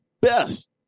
Best